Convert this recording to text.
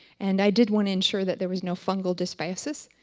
and i did one to ensure that there was no fungal dysbiosis,